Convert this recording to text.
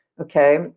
Okay